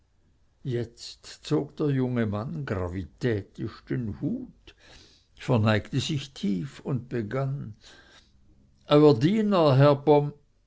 jetzt zog der junge mann gravitätisch den hut verneigte sich tief und begann euer diener herr pom